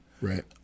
Right